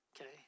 Okay